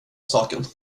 saken